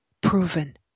Proven